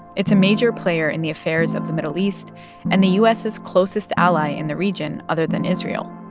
it's a major player in the affairs of the middle east and the u s s closest ally in the region other than israel.